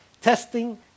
testing